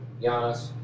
Giannis